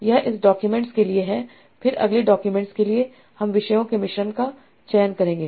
यह इस डॉक्यूमेंट्स के लिए है फिर अगले डॉक्यूमेंट्स के लिए हम विषयों के मिश्रण का चयन करेंगे